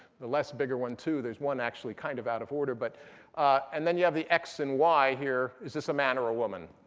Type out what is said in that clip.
the less bigger one two. there's one actually kind of out of order. but and then you have the x and y here. is this a man or a woman?